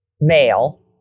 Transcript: male